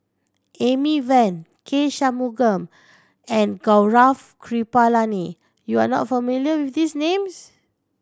Amy Van K Shanmugam and Gaurav Kripalani you are not familiar with these names